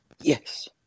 Yes